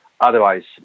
otherwise